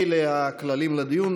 אלה הכללים לדיון.